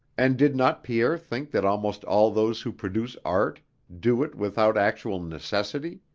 and did not pierre think that almost all those who produce art do it without actual necessity,